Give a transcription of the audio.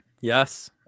Yes